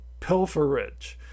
pilferage